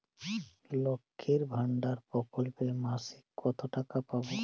লক্ষ্মীর ভান্ডার প্রকল্পে মাসিক কত টাকা পাব?